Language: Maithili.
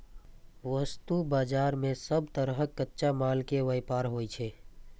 वस्तु बाजार मे सब तरहक कच्चा माल के व्यापार होइ छै